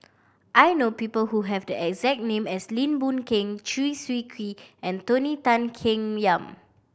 I know people who have the exact name as Lim Boon Keng Chew Swee Kee and Tony Tan Keng Yam